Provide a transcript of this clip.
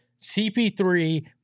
CP3